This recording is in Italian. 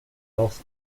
off